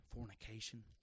fornication